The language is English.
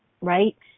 right